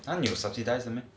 !huh! 你有 subsidise 的 meh